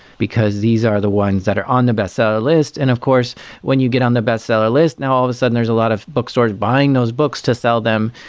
because these are the ones that are on the bestseller list, and of course when you get on the bestseller list, now all of a sudden there's a lot of bookstores buying those books to sell them.